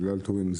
בגלל תורים,